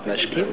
החדש,